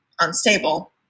unstable